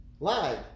Live